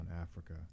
Africa